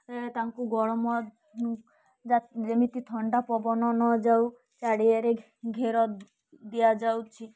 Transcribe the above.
ତାଙ୍କୁ ଗରମ ଯା ଯେମିତି ଥଣ୍ଡା ପବନ ନଯାଉ ଚାରିଆଡ଼େ ଘେର ଦିଆଯାଉଛି